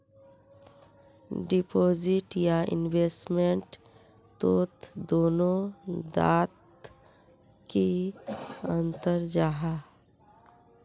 Deposit या investment तोत दोनों डात की अंतर जाहा?